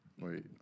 Wait